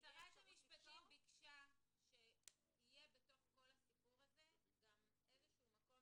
המשפטים ביקשה שיהיה בתוך כל הסיפור הזה גם איזה שהוא מקום